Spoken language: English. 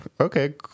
okay